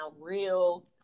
real